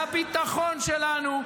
לביטחון שלנו,